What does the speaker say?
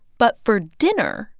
but for dinner.